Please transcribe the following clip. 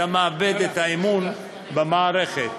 אתה מאבד את האמון במערכת.